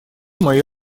мои